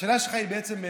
השאלה שלך היא במקום,